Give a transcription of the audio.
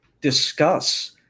discuss